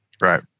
Right